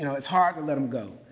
you know it's hard to let them go.